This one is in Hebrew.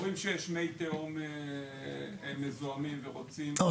אז אזורים שיש מי תהום מזוהמים ורוצים --- לא,